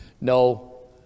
No